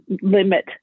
limit